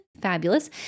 Fabulous